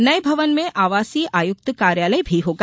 नए भवन में आवासीय आयुक्त कार्यालय भी होगा